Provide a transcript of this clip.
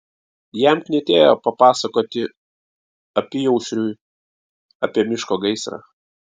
jam knietėjo papasakoti apyaušriui apie miško gaisrą